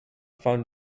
found